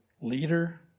leader